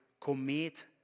commit